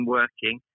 working